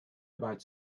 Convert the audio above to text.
about